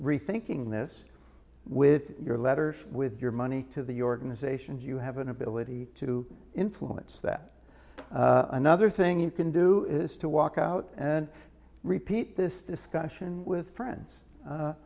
rethinking this with your letters with your money to the organizations you have an ability to influence that another thing you can do is to walk out and repeat this discussion with friends